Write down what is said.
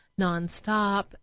nonstop